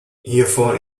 hiervon